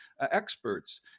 experts